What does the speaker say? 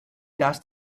dust